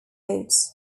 boats